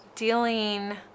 dealing